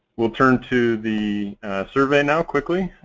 we'll turn to the survey now, quickly,